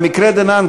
במקרה דנן,